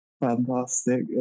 fantastic